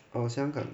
orh 香港